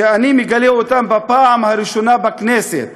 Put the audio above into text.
ואני מגלה אותם בפעם הראשונה בכנסת.